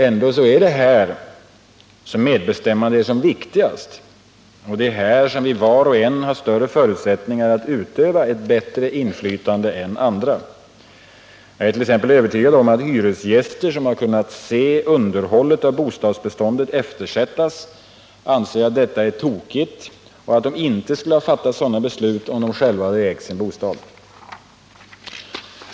Ändå är det här som medbestämmande är som viktigast, och det är här var och en av oss har större förutsättningar att utöva ett bättre inflytande än andra. Jag är t.ex. övertygad om att hyresgäster som kunnat se underhållet av bostadsbeståndet eftersättas anser att detta är tokigt. De skulle inte ha fattat sådana beslut om de själva ägt sin bostad.